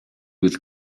with